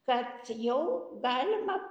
kad jau galima